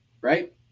right